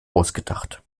ausgedacht